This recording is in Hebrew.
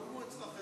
זה לא כמו אצלכם,